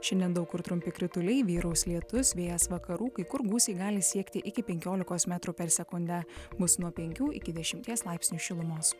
šiandien daug kur trumpi krituliai vyraus lietus vėjas vakarų kai kur gūsiai gali siekti iki penkiolikos metrų per sekundę bus nuo penkių iki dešimties laipsnių šilumos